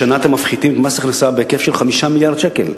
השנה אתם מפחיתים מס הכנסה בהיקף של 5 מיליארד שקל,